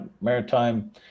maritime